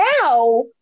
now